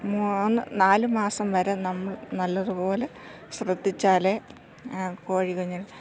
മൂന്ന് നാല് മാസം വരെ നമ്മൾ നല്ലതുപോലെ ശ്രദ്ധിച്ചാലെ കോഴിക്കുഞ്ഞ്